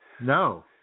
No